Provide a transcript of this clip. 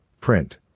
Print